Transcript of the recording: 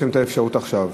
יש להם אפשרות עכשיו.